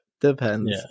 Depends